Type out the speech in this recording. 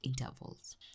intervals